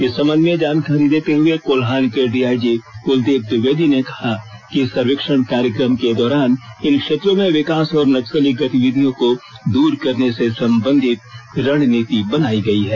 इस संबंध में जानकारी देते हुए कोल्हान के डीआईजी कुलदीप द्विवेदी ने कहा कि इस सर्वेक्षण कार्यक्रम के दौरान इन क्षेत्रो में विकास और नक्सली गतिविधियों को दूर करने से संबंधित रणनीति बनायी गयी है